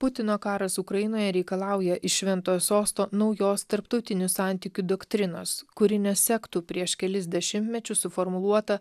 putino karas ukrainoje reikalauja iš šventojo sosto naujos tarptautinių santykių doktrinos kuri nesektų prieš kelis dešimtmečius suformuluota